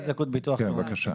כן, בבקשה.